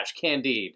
Candide